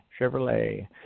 Chevrolet